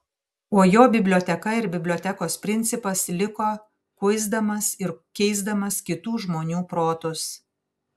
o jo biblioteka ir bibliotekos principas liko kuisdamas ir keisdamas kitų žmonių protus